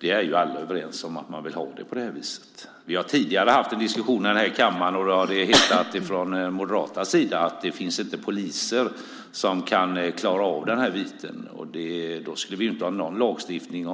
är överens om att man vill ha det på det viset. Vi har tidigare haft diskussionen här i kammaren. Från Moderaternas sida har det då hetat att det inte finns poliser som kan klara av detta. Då skulle vi ju inte ha någon lagstiftning.